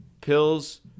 pills